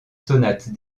sonate